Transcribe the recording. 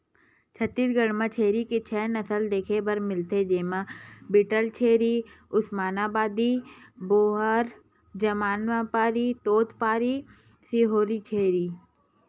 छत्तीसगढ़ म छेरी के छै नसल देखे बर मिलथे, जेमा बीटलछेरी, उस्मानाबादी, बोअर, जमनापारी, तोतपारी, सिरोही छेरी